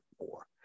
more